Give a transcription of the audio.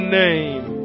name